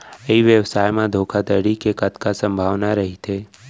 ई व्यवसाय म धोका धड़ी के कतका संभावना रहिथे?